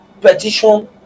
petition